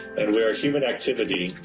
and where human activity,